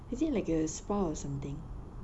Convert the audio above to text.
is it like a spa or something